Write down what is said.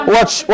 Watch